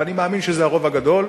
ואני מאמין שזה הרוב הגדול,